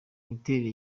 imiterere